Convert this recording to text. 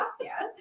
yes